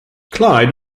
clyde